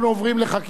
נא לצלצל,